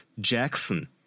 jackson